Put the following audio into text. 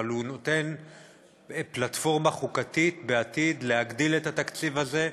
אבל הוא נותן פלטפורמה חוקית להגדיל את התקציב הזה בעתיד,